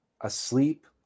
asleep